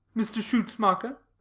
mr schutzmacher.